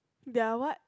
there're what